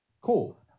Cool